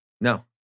No